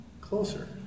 closer